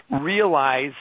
realize